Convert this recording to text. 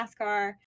NASCAR